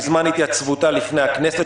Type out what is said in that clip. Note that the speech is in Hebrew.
בזמן התייצבותה לפני הכנסת,